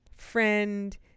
friend